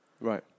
Right